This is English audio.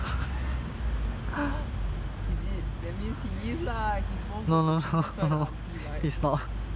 is it that means he is lah he's more good looking that's why the aunty like